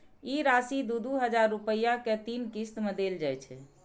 ई राशि दू दू हजार रुपया के तीन किस्त मे देल जाइ छै